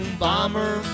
bomber